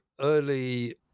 early